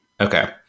Okay